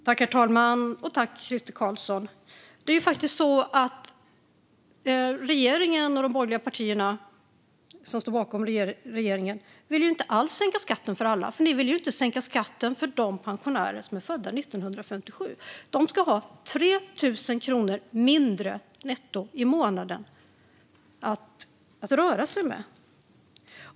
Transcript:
Herr talman och Crister Carlsson! Regeringen och de borgerliga partierna som står bakom regeringen vill inte alls sänka skatten för alla, för ni vill ju inte sänka skatten för de pensionärer som är födda 1957. De ska enligt er ha 3 000 kronor mindre netto i månaden att röra sig med.